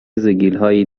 زگیلهایی